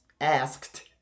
asked